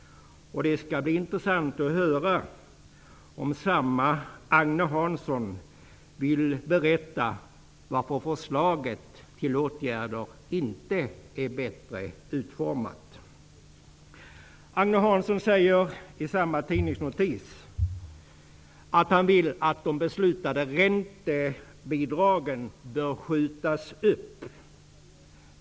Det skall bli intressant att höra om samma Agne Hansson vill berätta varför förslaget till åtgärder inte är bättre utformat. Agne Hansson säger i samma tidningsnotis att han anser att de beslutade räntebidragen bör skjutas upp.